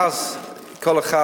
ואז כל אחד